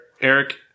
Eric